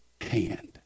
hand